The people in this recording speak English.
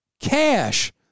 Cash